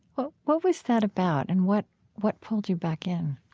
what what was that about and what what pulled you back in?